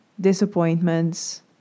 disappointments